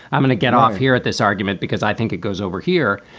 i'm going to get off here at this argument because i think it goes over here.